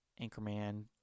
Anchorman